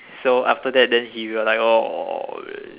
so after that then he will like orh